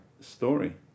story